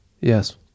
Yes